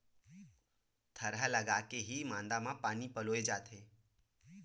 थरहा लगाके के ही मांदा म पानी पलोय जाथे